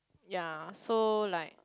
ya so like